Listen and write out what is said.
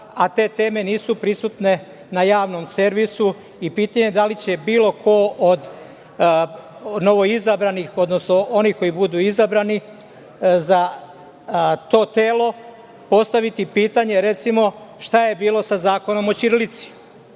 a te teme nisu prisutne na javnom servisu i pitanje je da li će bilo ko od novoizabranih, odnosno onih koji budu izabrani za to telo, postaviti pitanje, recimo, šta je bilo sa Zakonom o ćirilici